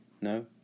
No